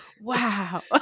wow